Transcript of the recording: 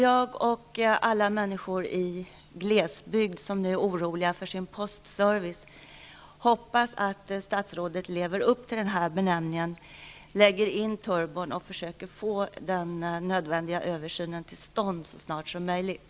Jag och alla människor som bor i glesbygd, och som är oroliga över sin postservice, hoppas att statsrådet lever upp till benämningen och lägger in turbon och försöker få den nödvändiga översynen till stånd så snart som möjligt.